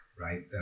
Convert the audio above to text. right